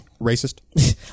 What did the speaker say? racist